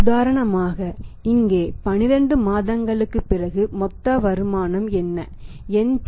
உதாரணமாக இங்கே 12 மாதங்களுக்குப் பிறகு மொத்த வருமானம் என்ன